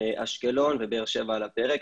אשקלון ובאר שבע על הפרק.